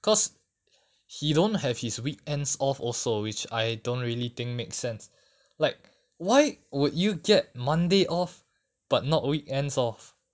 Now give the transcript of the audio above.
cause he don't have his weekends off also which I don't really think make sense like why would you get monday off but not weekends off